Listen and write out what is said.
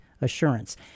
assurance